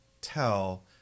tell